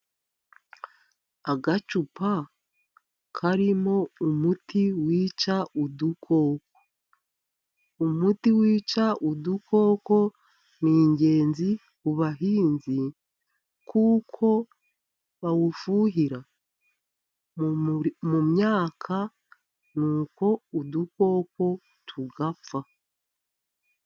Agacupa karimo umuti wica udukoko , umuti wica udukoko n'ingenzi ku bahinzi , kuko bawufuhira mu myaka n'uko udukoko tugapfa.